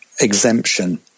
exemption